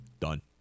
done